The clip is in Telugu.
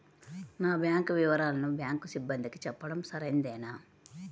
నా బ్యాంకు వివరాలను బ్యాంకు సిబ్బందికి చెప్పడం సరైందేనా?